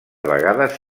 vegades